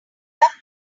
love